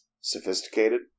sophisticated